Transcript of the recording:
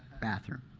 bathroom.